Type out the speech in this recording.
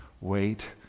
wait